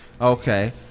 Okay